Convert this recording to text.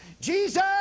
Jesus